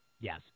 Yes